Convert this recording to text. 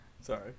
Sorry